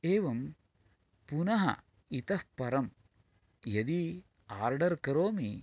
एवं पुनः इतःपरं यदि आर्डर् करोमि